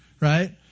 right